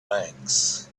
banks